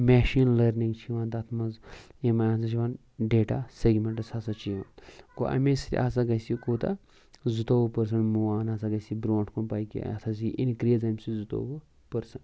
machine learning چھِ یِوان تَتھ منٛز یِم ہَسا چھِ یِوان ڈیٹا سیگمینٹ ہَسا چھِ یِوان گوٚو اَمے سٟتۍ ہَسا گَژھِ یہِ کوٗتاہ زٕتووُہ پٔرسنٛٹ موٗ آن ہَسا گَژھِ یہِ برٛوٗنٹھ کُن پَکہِ یہِ یہِ ہَسا یہِ اِنٛکرٛیٖز اَمہِ سٟتۍ زٕتووُہ پٔرسنٛٹ